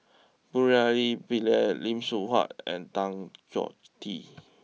Murali Pillai Lim Seok Hui and Tan Choh Tee